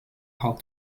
how